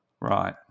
Right